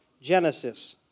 Genesis